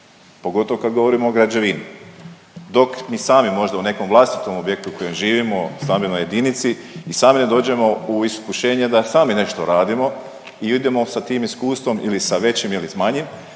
pogotovo kad govorimo o građevini, dok mi sami možda u nekom vlastitom objektu u kojem živimo, stambenoj jedinici, i sami ne dođemo u iskušenje da sami nešto radimo i idemo sa tim iskustvom ili sa većim ili s manjim